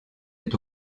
est